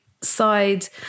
side